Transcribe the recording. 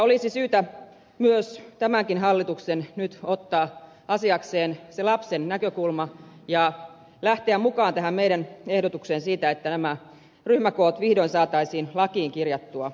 olisi syytä myös tämän hallituksen nyt ottaa asiakseen se lapsen näkökulma ja lähteä mukaan tähän meidän ehdotukseemme siitä että nämä ryhmäkoot vihdoin saataisiin lakiin kirjattua